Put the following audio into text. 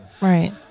right